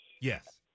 Yes